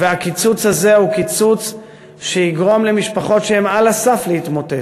הקיצוץ הזה הוא קיצוץ שיגרום למשפחות שהן על הסף להתמוטט,